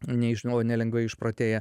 nežinau o ne lengvai išprotėję